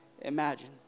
imagine